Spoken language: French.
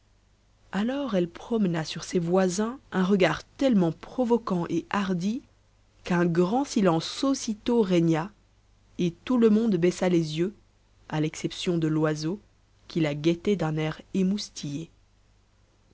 alors elle promena sur ses voisins un regard tellement provocant et hardi qu'un grand silence aussitôt régna et tout le monde baissa les yeux à l'exception de loiseau qui la guettait d'un air émoustillé